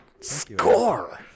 Score